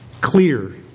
clear